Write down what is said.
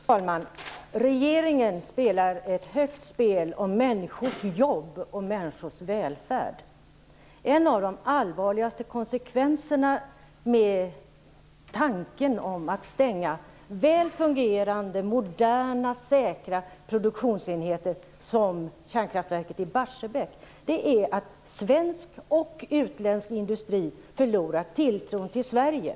Fru talman! Regeringen spelar ett högt spel om människors jobb och människors välfärd. En av de allvarligaste konsekvenserna med att stänga väl fungerande, moderna och säkra produktionsenheter som kärnkraftverket i Barsebäck är att svensk och utländsk industri förlorar tilltron till Sverige.